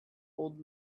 old